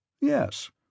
Yes